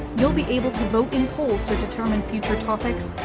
you'll be able to vote in polls to determine future topics,